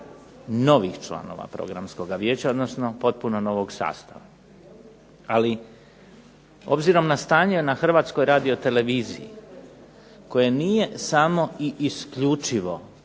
novih članova Programskog vijeća odnosno potpuno novog sastava. Ali, obzirom na stanje na Hrvatskoj radioteleviziji koje nije samo i isključivo